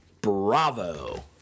Bravo